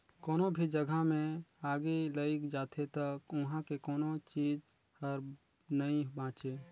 कोनो भी जघा मे आगि लइग जाथे त उहां के कोनो चीच हर नइ बांचे